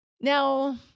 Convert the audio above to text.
Now